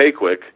PayQuick